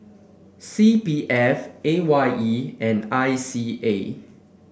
C P F A Y E and I C A